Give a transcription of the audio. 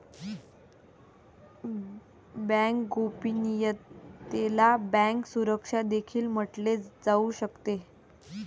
bank गोपनीयतेला bank सुरक्षा देखील म्हटले जाऊ शकते